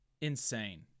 Insane